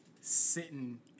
sitting